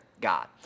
God